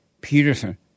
Peterson